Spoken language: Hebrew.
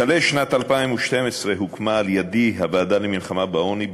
בשלהי שנת 2012 הוקמה על-ידִי הוועדה למלחמה בעוני,